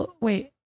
wait